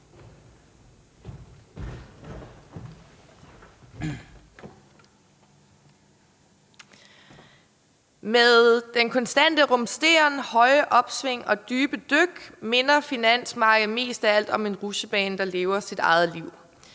Med den konstante rumsteren, de høje opsving og dybe dyk minder finans mig mest af alt om en rutsjebane, der lever sit eget liv,